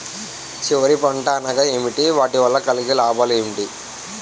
చివరి పంట అనగా ఏంటి వాటి వల్ల కలిగే లాభాలు ఏంటి